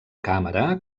càmera